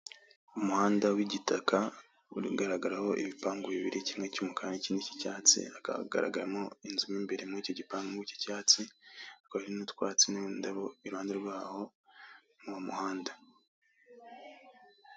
Umuhanda w'igitaka urimo ugaragaraho ibipangu bibiri kimwe cy'umukara n'ikindi cy'icyatsi, hakaba hagaragaramo inzu mo imbere mu icyo gipangu cy'icyatsi hakaba hari n'utwatsi n'indabo, iruhande rwaho ni mu muhanda.